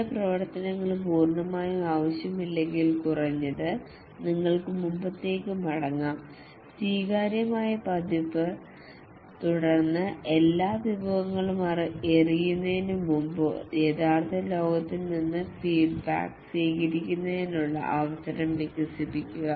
ചില പ്രവർത്തനങ്ങൾ പൂർണ്ണമായും ആവശ്യമില്ലെങ്കിൽ കുറഞ്ഞത് നിങ്ങൾക്ക് മുമ്പത്തേതിലേക്ക് മടങ്ങാം സ്വീകാര്യമായ പതിപ്പ് തുടർന്ന് എല്ലാ വിഭവങ്ങളും എറിയുന്നതിനുമുമ്പ് യഥാർത്ഥ ലോകത്തിൽ നിന്ന് ഫീഡ്ബാക്ക് സ്വീകരിക്കുന്നതിനുള്ള അവസരം വികസിപ്പിക്കുക